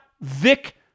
Vic